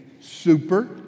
super